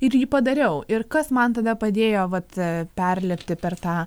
ir jį padariau ir kas man tada padėjo vat perlipti per tą